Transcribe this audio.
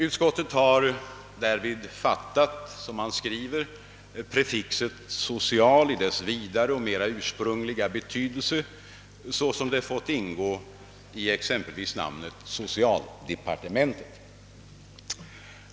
Utskottet har därvid, som man skriver, fattat prefixet »social» i dess vidare och mer ursprungliga betydelse såsom det fått ingå i exempelvis namnet »socialdepartementet».